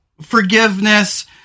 forgiveness